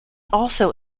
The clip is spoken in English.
also